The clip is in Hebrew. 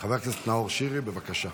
חבר הכנסת נאור שירי, בבקשה.